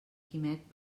quimet